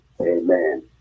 Amen